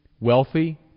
wealthy